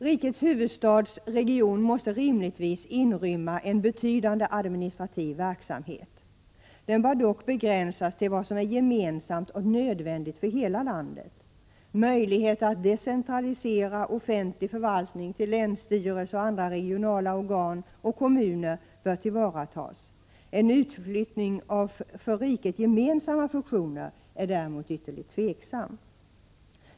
Rikets huvudstadsregion måste rimligtvis inrymma en betydande administrativ verksamhet. Den bör dock begränsas till vad som är gemensamt och nödvändigt för hela landet. Möjligheter att decentralisera offentlig förvaltning till länsstyrelser, andra regionala organ och kommuner bör tillvaratas. En utflyttning av för riket gemensamma funktioner är däremot tveksam.